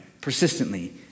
persistently